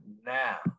Now